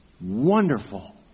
Wonderful